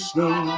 Snow